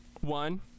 One